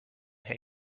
hate